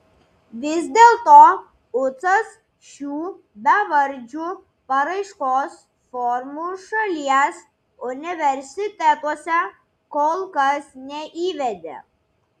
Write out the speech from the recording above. vis dėlto ucas šių bevardžių paraiškos formų šalies universitetuose kol kas neįvedė